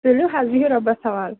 تُلِو حظ بِہِو رۄبَس حوال